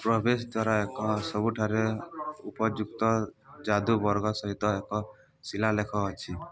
ପ୍ରବେଶ ଦ୍ୱାରରେ ଏକ ସବୁଠାରୁ ଉପଯୁକ୍ତ ଯାଦୁ ବର୍ଗ ସହିତ ଏକ ଶିଳାଲେଖ ଅଛି